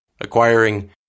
acquiring